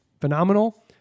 phenomenal